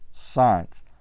science